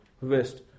West